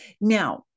Now